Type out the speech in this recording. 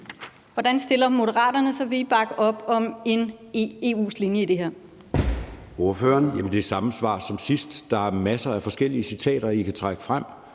Hvordan stiller Moderaterne sig? Vil I bakke op om EU's linje i det her?